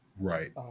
Right